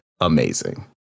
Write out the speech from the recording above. amazing